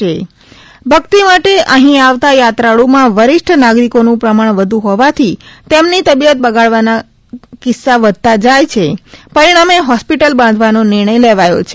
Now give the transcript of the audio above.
શિવ ભક્તિ માટે અહી આવતા યાત્રાળુ માં વરીષ્ઠ નાગરિકો નું પ્રમાણ વધુ હોવાથી તેમની તબિયત બગાડવાના કિસ્સા વધતાં જાય છે પરિણામે ફોસ્પિટલ બાંધવાનો નિર્ણય લેવાયો છ